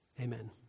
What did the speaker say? Amen